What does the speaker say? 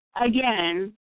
again